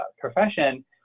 profession